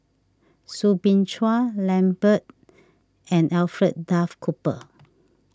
Soo Bin Chua Lambert and Alfred Duff Cooper